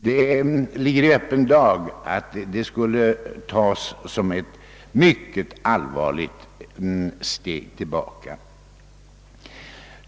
Det ligger i Öppen dag att man därigenom skulle ta ett mycket allvarligt steg tillbaka.